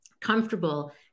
comfortable